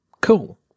cool